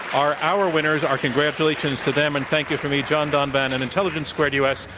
are our winners. our congratulations to them. and thank you from me, john donvan, and intelligence squared u. s.